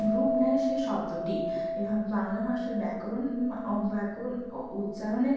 রূপ নেয় সেই শব্দটি এভাবে বাংলা ভাষার ব্যাকরণ ও ব্যাকরণ ও উচ্চারণের